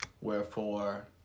wherefore